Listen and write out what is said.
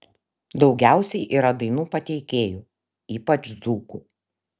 daugiausiai yra dainų pateikėjų ypač dzūkų